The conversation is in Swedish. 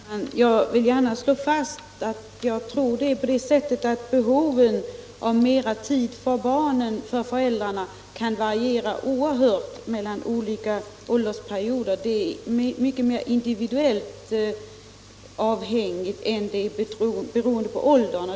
Herr talman! Jag vill gärna slå fast att föräldrarnas behov av mera tid för barnen kan variera oerhört mellan olika åldersperioder, men det är mycket mer avhängigt av individen än det är beroende av åldern.